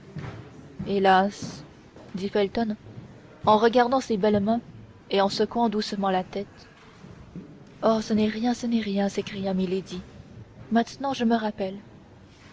hélas dit felton en regardant ces belles mains et en secouant doucement la tête oh ce n'est rien ce n'est rien s'écria milady maintenant je me rappelle